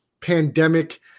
pandemic